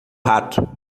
rato